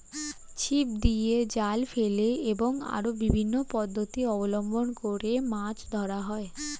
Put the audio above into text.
ছিপ দিয়ে, জাল ফেলে এবং আরো বিভিন্ন পদ্ধতি অবলম্বন করে মাছ ধরা হয়